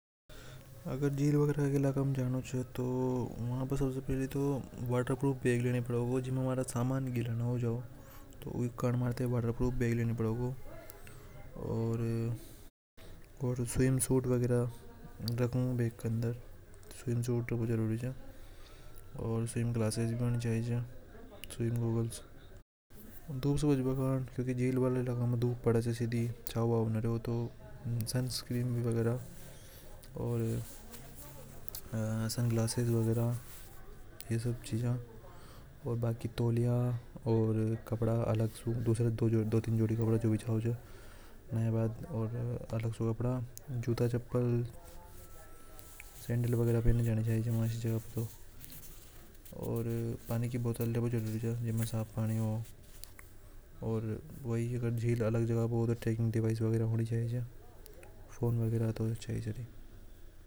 अगर झील का इलाका में जानो चावे तो वह पे थाई वाटर फ्रुप बैग लेने पड़ेगा। और स्विम सूट वगैरा स्विम ग्लासेस भी होनी चाहिए च। ओर धूप पड़े तो सन ग्लासेस वगैरा भी होनी चाहिए बाकी तोलिया ओर कपड़ा अलग सु दो तीन जोड़ी कपड़ा भी चाव चप्पल और सैंडल वगैरह भी पहन के जानी चाव। अब तो पानी की बोतल लेने जरूरी च झील अगर दूसरी जगह हो तो ट्रैकिंग डिवाइस होनी जरूरी च।